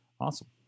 awesome